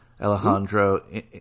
Alejandro